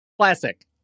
Classic